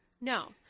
No